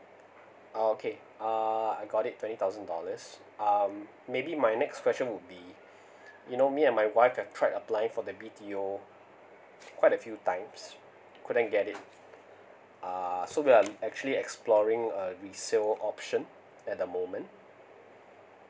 ah okay uh I got it twenty thousand dollars um maybe my next question would be you know me and my wife have tried applying for the B T O quite a few times couldn't get it uh so we're actually exploring a resale option at the moment